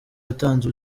natanze